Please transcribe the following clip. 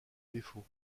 défaut